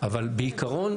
אבל בעיקרון,